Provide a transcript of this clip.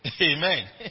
Amen